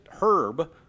Herb